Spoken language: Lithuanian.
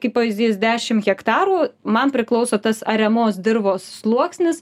kaip pavyzdys dešim hektarų man priklauso tas ariamos dirvos sluoksnis